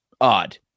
odd